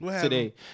today